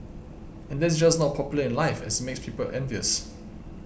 and that's just not popular in life as it makes people envious